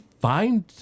find